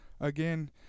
again